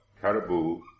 Caribou